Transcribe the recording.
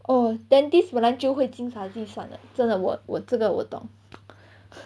oh dentist 本来就会精打细算的真的我我这个我懂